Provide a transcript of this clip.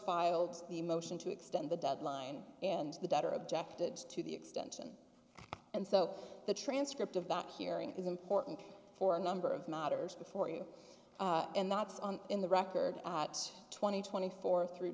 filed the motion to extend the deadline and the debtor objected to the extension and so the transcript of that hearing is important for a number of matters before you and that's in the record at twenty twenty four thr